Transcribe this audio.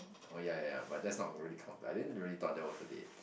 oh ya ya ya but that's not really counted I didn't really thought that was a date